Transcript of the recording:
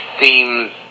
seems